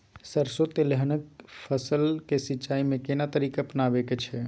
सरसो तेलहनक फसल के सिंचाई में केना तरीका अपनाबे के छै?